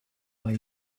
are